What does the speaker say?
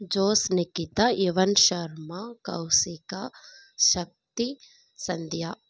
Josnikita Yuvansharma Kaushika Shakti Sandhya